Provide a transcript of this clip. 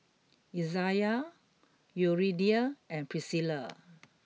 Izayah Yuridia and Priscilla